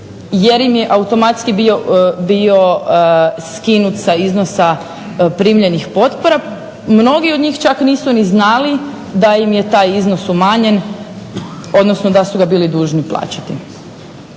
jer im je automatski bio skinut sa iznosa primljenih potpora. Mnogi od njih čak nisu ni znali da im je taj iznos umanjen odnosno da su ga bili dužni plaćati.